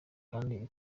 kandi